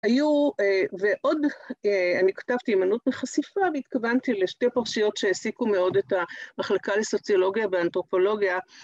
היו, ועוד אני כתבתי המנענות מחשיפה, והתכוונתי לשתי פרשיות שהעסיקו מאוד את המחלקה לסוציולוגיה ואנתרופולוגיה